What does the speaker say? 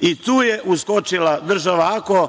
i tu je uskočila država, ako